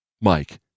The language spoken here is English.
Mike